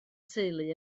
teulu